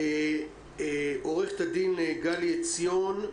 עו"ד גלי עציון,